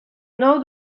nou